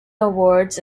awards